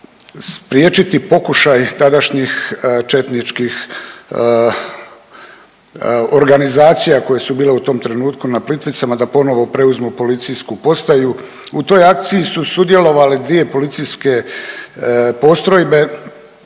spriječiti pokušaj tadašnjih četničkih organizacija koje su bile u tom trenutku na Plitvicama da ponovo preuzmu policijsku postaju. U toj akciji su sudjelovale dvije policijske postrojbe